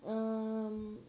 um